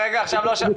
אני רוצה רק לבקש מכם,